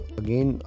again